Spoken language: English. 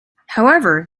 however